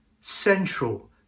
central